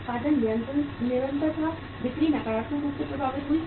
उत्पादन निरंतर था बिक्री नकारात्मक रूप से प्रभावित हुई